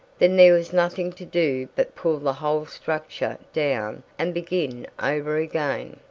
then there was nothing to do but pull the whole structure down and begin over again.